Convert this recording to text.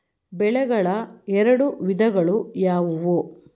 ಬೆಳೆಗಳ ಎರಡು ವಿಧಗಳು ಯಾವುವು?